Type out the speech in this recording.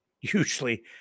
usually